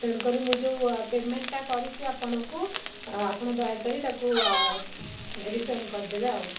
ତେଣୁ କରୁ ମୁଁ ଯେଉଁ ପେମେଣ୍ଟଟା କରିଛି ଆପଣଙ୍କୁ ଆପଣ ଦୟାକରି ତାକୁ ରିଟର୍ନ କରଦେବେ ଆଉ